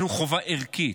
יש לנו חובה ערכית.